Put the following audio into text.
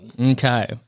Okay